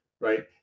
right